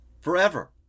forever